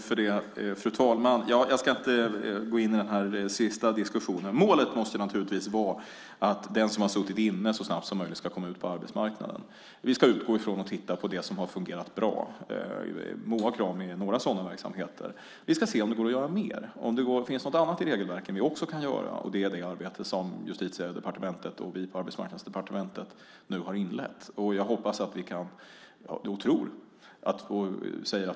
Fru talman! Jag ska inte gå in i den sista diskussionen. Målet måste naturligtvis vara att den som har suttit inne så snabbt som möjligt ska komma ut på arbetsmarknaden. Vi ska utgå från och titta på det som har fungerat bra. MOA och Krami är några sådana verksamheter. Vi ska se om det går att göra mer, om det finns något annat i regelverket som vi också kan göra. Det är det arbetet som Justitiedepartementet och vi på Arbetsmarknadsdepartementet nu har inlett.